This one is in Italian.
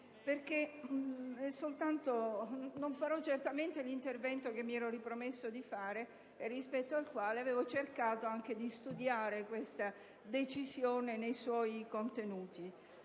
perché non farò l'intervento che mi ero ripromessa di svolgere e rispetto al quale avevo cercato di studiare questa Decisione nei suoi contenuti.